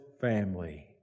family